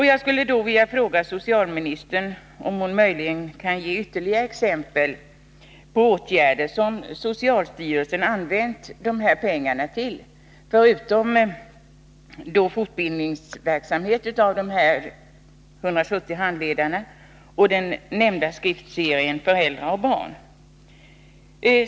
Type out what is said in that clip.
Jag skulle då vilja fråga socialministern om hon möjligen kan anföra ytterligare exempel på åtgärder som socialstyrelsen använt pengarna till utöver fortbildningen av de 170 handledarna och den nämnda skriftserien Föräldrar och barn.